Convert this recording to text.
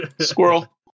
Squirrel